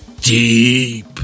deep